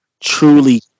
truly